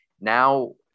Now